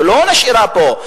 היא לא נשארה פה.